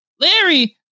Larry